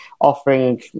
offering